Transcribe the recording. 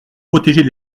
protéger